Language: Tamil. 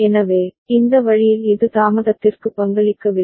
எனவே இந்த வழியில் இது தாமதத்திற்கு பங்களிக்கவில்லை